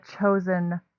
chosen